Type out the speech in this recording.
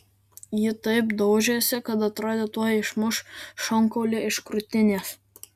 ji taip daužėsi kad atrodė tuoj išmuš šonkaulį iš krūtinės